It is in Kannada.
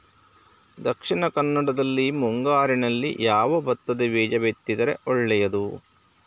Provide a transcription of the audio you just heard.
ದಕ್ಷಿಣ ಕನ್ನಡದಲ್ಲಿ ಮುಂಗಾರಿನಲ್ಲಿ ಯಾವ ಭತ್ತದ ಬೀಜ ಬಿತ್ತಿದರೆ ಒಳ್ಳೆಯದು?